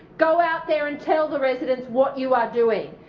go out there and tell the residents what you are doing.